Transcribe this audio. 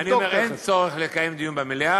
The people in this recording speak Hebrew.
אני אומר שאין צורך לקיים דיון במליאה.